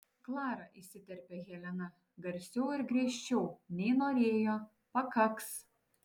klara įsiterpia helena garsiau ir griežčiau nei norėjo pakaks